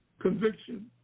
Conviction